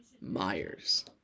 Myers